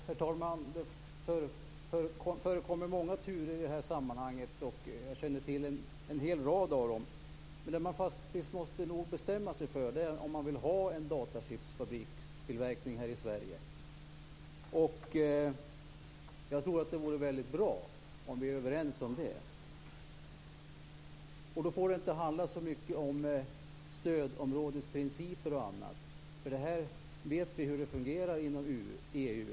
Herr talman! Det förekommer många turer i det här sammanhanget. Jag känner till en hel rad av dem. Men det man nog faktiskt måste bestämma sig för är om man vill ha en fabrik för tillverkning av datachips här i Sverige. Jag tror att det vore väldigt bra om vi var överens om det. Då får det inte handla så mycket om stödområdesprinciper och annat. Vi vet ju hur det här fungerar inom EU.